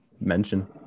mention